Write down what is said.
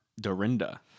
Dorinda